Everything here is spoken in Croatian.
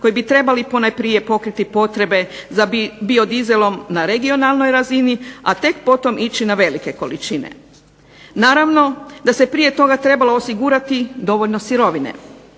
koji bi trebali ponajprije pokriti potrebe za biodizelom na regionalnoj razini, a tek potom ići na velike količine. Naravno da se prije toga trebalo osigurati dovoljno sirovine.